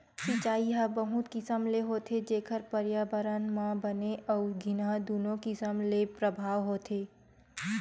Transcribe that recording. सिचई ह बहुत किसम ले होथे जेखर परयाबरन म बने अउ गिनहा दुनो किसम ले परभाव होथे